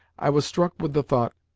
i was struck with the thought,